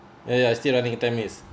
ya ya it still running ten minutes